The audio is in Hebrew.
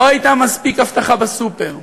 לא הייתה מספיק אבטחה בסופר.